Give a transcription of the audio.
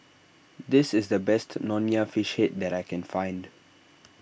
this is the best Nonya Fish Head that I can find